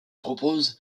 propose